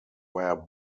where